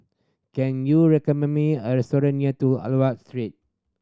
can you recommend me a restaurant near to Aliwal Street